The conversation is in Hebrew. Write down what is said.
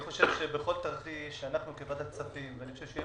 אני חושב שבכל תרחיש אנחנו כוועדת כספים ואני חושב שיהיה